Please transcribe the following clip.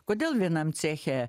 kodėl vienam ceche